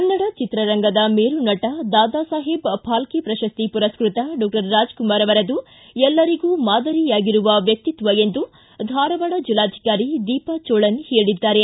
ಕನ್ನಡ ಚಿತ್ರರಂಗದ ಮೇರುನಟ ದಾದಾಸಾಹೇಬ ಫಾಲ್ಕೆ ಪ್ರಶಸ್ತಿ ಮರಸ್ನತ ಡಾಕ್ಟರ್ ರಾಜಕುಮಾರ ಅವರದು ಎಲ್ಲರಿಗೂ ಮಾದರಿಯಾಗಿರುವ ವ್ಯಕ್ತಿಕ್ವ ಎಂದು ಧಾರವಾಡ ಜಿಲ್ಲಾಧಿಕಾರಿ ದೀಪಾ ಜೋಳನ್ ಹೇಳಿದ್ದಾರೆ